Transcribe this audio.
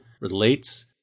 relates